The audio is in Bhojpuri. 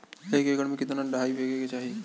एक एकड़ में कितना डाई फेके के चाही?